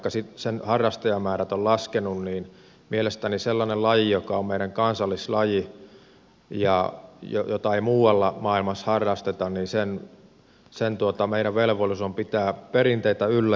vaikka sen harrastajamäärät ovat laskeneet niin mielestäni sellaisen lajin kohdalla joka on meidän kansallislaji ja jota ei muualla maailmassa harrasteta meidän velvollisuus on pitää perinteitä yllä